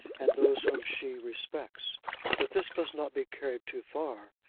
and those whom she respects but this must not be carried too far,